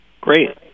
Great